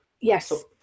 Yes